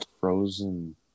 Frozen